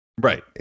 right